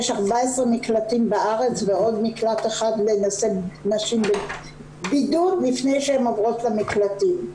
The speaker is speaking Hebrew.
יש 14 מקלטים בארץ ועוד מקלט אחד לנשים בבידוד לפני שהן עוברות למקלטים.